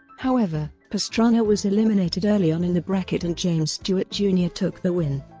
however, pastrana was eliminated early on in the bracket and james stewart jr. took the win.